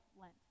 Lent